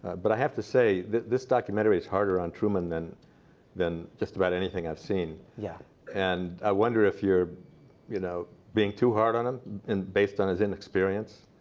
but i have to say, this documentary is harder on truman than than just about anything i've seen. yeah and i wonder if you're you know being too hard on him and based on his inexperience,